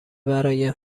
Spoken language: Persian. برای